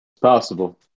Possible